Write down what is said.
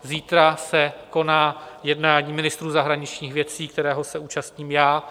Zítra se koná jednání ministrů zahraničních věcí, kterého se účastním já.